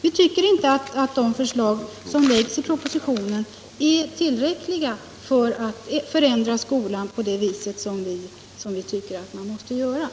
Vi tycker inte att de förslag som framläggs i propositionen är tillräckliga för att förändra skolan på det vis som vi finner nödvändigt.